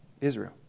Israel